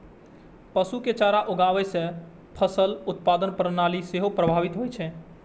पशु के चारा उगाबै सं फसल उत्पादन प्रणाली सेहो प्रभावित होइ छै